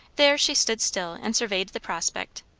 there she stood still and surveyed the prospect.